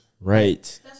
Right